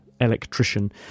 electrician